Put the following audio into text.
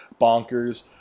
bonkers